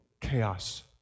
chaos